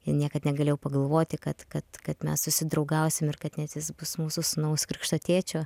ir niekad negalėjau pagalvoti kad kad kad mes susidraugausim ir kad net jis bus mūsų sūnaus krikšto tėčiu